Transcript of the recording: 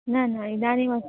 न न इदानीम्